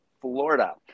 Florida